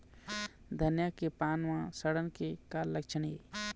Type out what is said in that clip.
धनिया के पान म सड़न के का लक्षण ये?